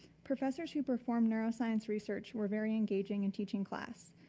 professors who perform neuroscience research were very engaging in teaching class.